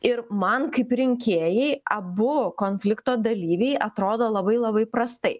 ir man kaip rinkėjai abu konflikto dalyviai atrodo labai labai prastai